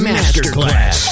Masterclass